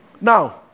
Now